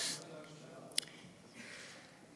השורה הראשונה,